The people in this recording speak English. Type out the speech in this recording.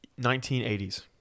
1980s